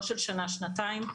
לא של שנה שנתיים,